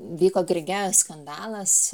vyko grigeo skandalas